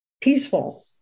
peaceful